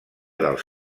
dels